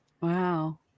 Wow